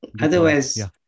Otherwise